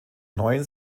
neun